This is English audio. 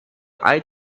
eye